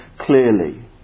Clearly